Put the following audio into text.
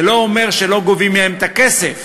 זה לא אומר שלא גובים מהם את הכסף,